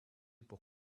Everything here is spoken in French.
pour